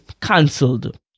cancelled